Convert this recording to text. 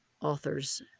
authors